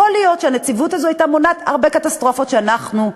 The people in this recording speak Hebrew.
יכול להיות שהנציבות הזו הייתה מונעת הרבה קטסטרופות שאנחנו,